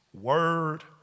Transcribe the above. word